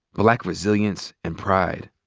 black resilience, and pride.